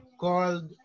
called